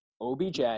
OBJ